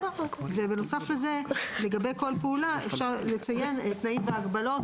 בנוסף לזה לגבי כל פעולה אפשר לציין תנאים והגבלות